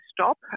stop